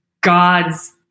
God's